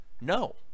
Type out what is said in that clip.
No